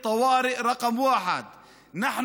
אנחנו,